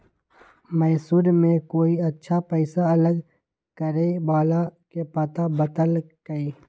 मैसूर में कोई अच्छा पैसा अलग करे वाला के पता बतल कई